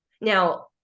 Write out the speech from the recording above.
Now